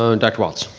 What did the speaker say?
ah and dr. walts.